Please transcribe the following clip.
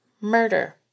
murder